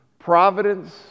Providence